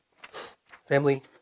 Family